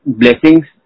blessings